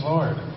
Lord